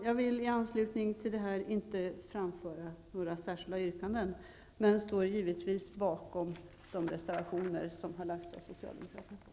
Jag vill i anslutning till det anförda inte framföra några särskilda yrkanden, men jag står givetvis bakom de socialdemokratiska reservationerna.